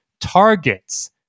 targets